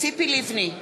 ציפי לבני,